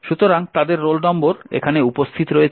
সুতরাং তাদের roll number এখানে উপস্থিত রয়েছে